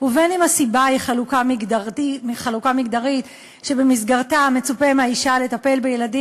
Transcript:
ובין אם הסיבה היא חלוקה מגדרית שבמסגרתה מצופה מהאישה לטפל בילדים,